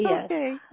Okay